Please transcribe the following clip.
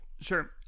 Sure